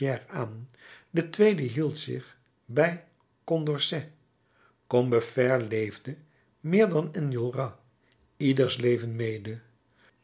aan de tweede hield zich bij condorcet combeferre leefde meer dan enjolras ieders leven mede